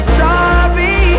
sorry